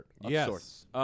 Yes